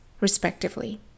respectively